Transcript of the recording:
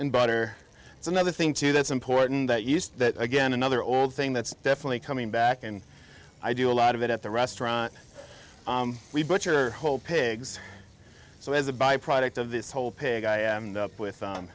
and butter it's another thing to that's important that you see that again another old thing that's definitely coming back and i do a lot of it at the restaurant we bought your whole pigs so as a byproduct of this whole pig i am the up with